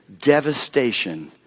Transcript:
devastation